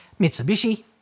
Mitsubishi